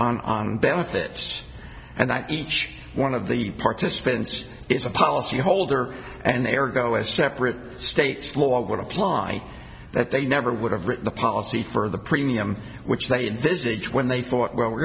just on benefits and i each one of the participants is a policy holder and they are go as separate states law would apply that they never would have written the policy for the premium which they envisage when they thought well we're